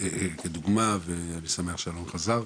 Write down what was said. כדוגמא ואני שמח שאלון חזר.